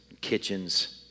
kitchens